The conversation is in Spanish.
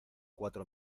cuatro